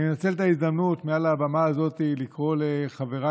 אני אנצל את ההזדמנות מעל הבמה הזאת לקרוא לחבריי